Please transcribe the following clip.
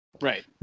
Right